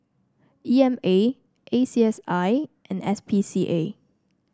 E M A A C S I and S P C A